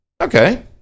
Okay